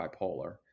bipolar